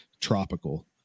tropical